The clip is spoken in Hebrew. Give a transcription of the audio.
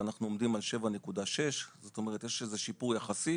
כשאנחנו עומדים על 7.6. כלומר יש איזשהו שיפור יחסי.